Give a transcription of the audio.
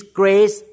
grace